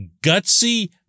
gutsy